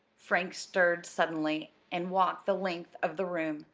frank stirred suddenly and walked the length of the room.